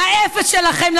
עם האפס שלכם,